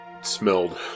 smelled